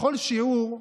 בכל שיעור,